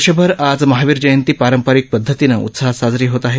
देशभर आज महावीर जयंती पारंपारिक पद्धतीनं उत्साहात साजरी होत आहे